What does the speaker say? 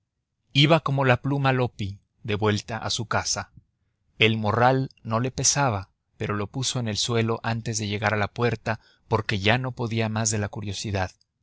iba como la pluma loppi de vuelta a su casa el morral no le pesaba pero lo puso en el suelo antes de llegar a la puerta porque ya no podía más de la curiosidad